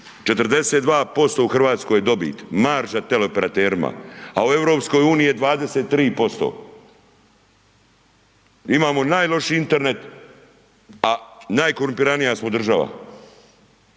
42% u RH je dobit, marža operaterima, a u EU je 23%, imamo najlošiji Internet, a najkorumpiranija smo država